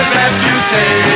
reputation